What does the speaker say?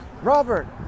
Robert